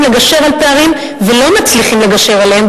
לגשר על פערים ולא מצליחים לגשר עליהם,